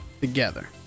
together